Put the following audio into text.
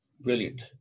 Brilliant